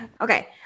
Okay